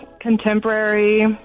contemporary